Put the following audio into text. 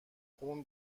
خون